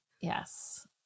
Yes